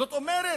זאת אומרת,